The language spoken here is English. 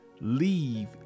leave